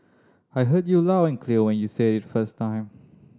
I heard you loud and clear when you said it first time